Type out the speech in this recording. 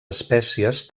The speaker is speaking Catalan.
espècies